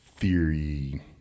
Theory